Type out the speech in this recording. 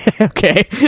Okay